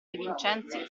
vincenzi